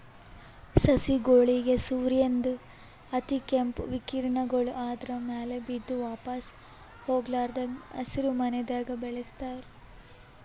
ಸಸಿಗೋಳಿಗ್ ಸೂರ್ಯನ್ದ್ ಅತಿಕೇಂಪ್ ವಿಕಿರಣಗೊಳ್ ಆದ್ರ ಮ್ಯಾಲ್ ಬಿದ್ದು ವಾಪಾಸ್ ಹೊಗ್ಲಾರದಂಗ್ ಹಸಿರಿಮನೆದಾಗ ಬೆಳಸ್ತಾರ್